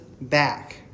back